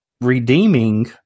redeeming